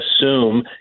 assume